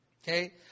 Okay